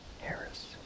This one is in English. Harris